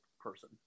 person